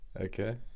Okay